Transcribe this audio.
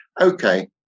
Okay